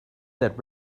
that